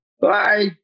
Bye